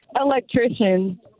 electrician